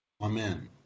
Amen